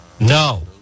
no